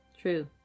True